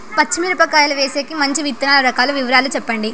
పచ్చి మిరపకాయలు వేసేకి మంచి విత్తనాలు రకాల వివరాలు చెప్పండి?